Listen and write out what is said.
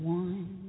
one